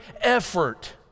effort